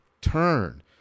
turn